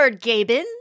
gaben